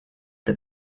der